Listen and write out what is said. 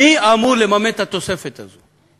מי אמור לממן את התוספת הזאת?